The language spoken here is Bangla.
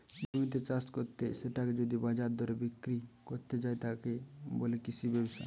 জমিতে চাষ কত্তে সেটাকে যদি বাজারের দরে বিক্রি কত্তে যায়, তাকে বলে কৃষি ব্যবসা